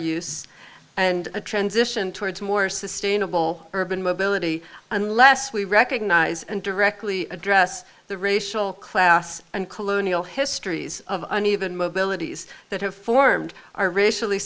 use and a transition towards more sustainable urban mobility unless we recognize and directly address the racial class and colonial histories of uneven mobility s that have formed are racially